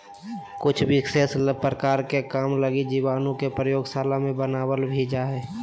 कुछ विशेष प्रकार के काम लगी जीवाणु के प्रयोगशाला मे बनावल भी जा हय